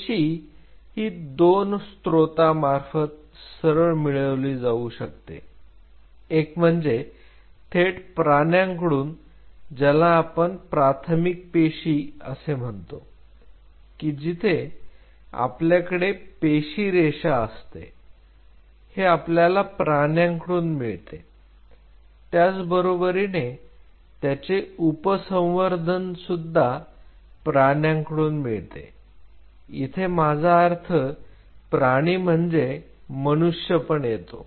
पेशी ही 2 स्त्रोतामार्फत सरळ मिळवली जाऊ शकते एक म्हणजे थेट प्राण्यांकडून ज्याला आपण प्राथमिक पेशी असे म्हणतो की जेथे आपल्याकडे पेशी रेषा असते हे आपल्याला प्राण्यांकडून मिळते त्याचबरोबरीने त्याचे उपसंवर्धन सुद्धा प्राण्यांकडून मिळते इथे माझा अर्थ प्राणी म्हणजे मनुष्य पण येतो